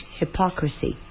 hypocrisy